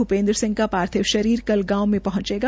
भूपेन्द्र सिंह का पार्थिव शरीर कल गांव में पहुंचेगा